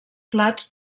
plats